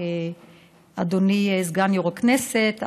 אדוני סגן יו"ר הכנסת,